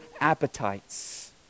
appetites